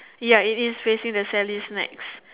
ya it is facing the sallies necks